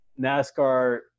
NASCAR